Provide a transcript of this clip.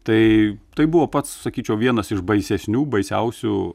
tai buvo pats sakyčiau vienas iš baisesnių baisiausių